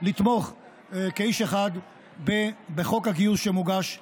לתמוך כאיש אחד בחוק הגיוס שמוגש כעת.